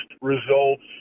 results